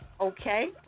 Okay